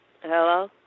Hello